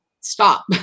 stop